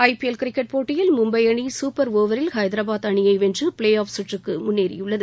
IPL cricket போட்டியில் மும்பை அணி super ஒவரில் ஐதராபாத் அணியை வென்று பிளே ஆஃப் கற்றுக்கு முன்னேறியுள்ளது